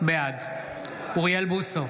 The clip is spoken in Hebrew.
בעד אוריאל בוסו,